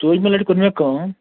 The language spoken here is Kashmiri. ژوٗرۍمہِ لٹہِ کٔر مےٚ کأم